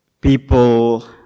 people